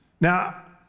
Now